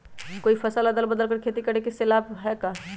कोई फसल अदल बदल कर के खेती करे से लाभ है का?